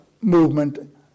movement